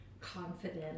Confident